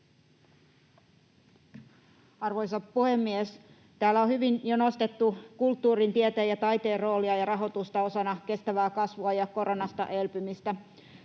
Arvoisa puhemies! Täällä on hyvin jo nostettu kulttuurin, tieteen ja taiteen roolia ja rahoitusta osana kestävää kasvua ja koronasta elpymistä.